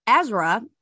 Ezra